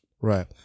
Right